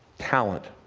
talent,